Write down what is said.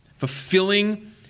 Fulfilling